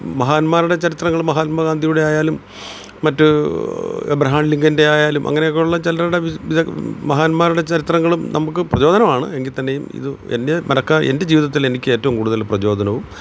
മഹാന്മാരുടെ ചരിത്രങ്ങൾ മഹാത്മാ ഗാന്ധിയുടെ ആയാലും മറ്റു എബ്രഹാം ലിങ്കൻ്റെ ആയാലും അങ്ങനെ ഒക്കെയുള്ള ചിലരുടെ വി മഹാന്മാരുടെ ചരിത്രങ്ങളും നമുക്ക് പ്രചോദനമാണ് എങ്കിൽ തന്നെയും ഇത് എൻ്റെ മറക്കാൻ എൻ്റെ ജീവിതത്തിൽ എനിക്ക് ഏറ്റവും കൂടുതൽ പ്രചോദനവും